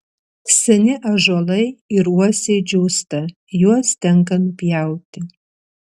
seni ąžuolai ir uosiai džiūsta juos tenka nupjauti